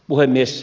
puhemies